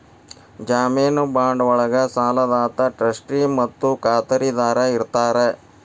ಜಾಮೇನು ಬಾಂಡ್ ಒಳ್ಗ ಸಾಲದಾತ ಟ್ರಸ್ಟಿ ಮತ್ತ ಖಾತರಿದಾರ ಇರ್ತಾರ